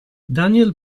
daniel